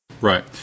Right